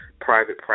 private